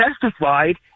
testified